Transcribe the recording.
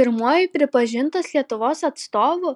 pirmuoju pripažintos lietuvos atstovu